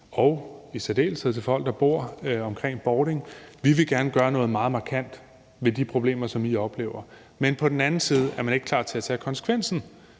og i særdeleshed til folk, der bor omkring Bording, at man gerne vil gøre noget meget markant ved de problemer, som de oplever, men på den anden side er man ikke klar til at tage konsekvensen,